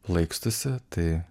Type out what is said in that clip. plaikstosi tai